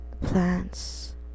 plants